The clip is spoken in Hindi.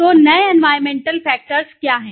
तो नए एनवायरमेंटल फैक्टर्स क्या हैं